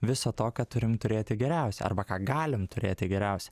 viso to ką turim turėti geriausia arba ką galim turėti geriausia